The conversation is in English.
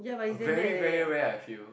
very very rare I feel